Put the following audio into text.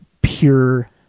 pure